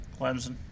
Clemson